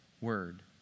word